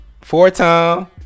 Four-time